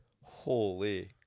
Holy